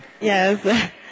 yes